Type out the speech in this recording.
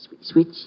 Switch